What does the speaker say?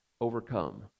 overcome